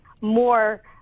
more